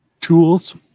Tools